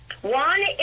One